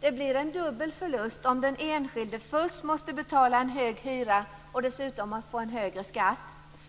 Det blir en dubbel förlust om den enskilde först måste betala en hög hyra och dessutom får en högre skatt